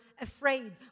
afraid